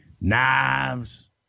Knives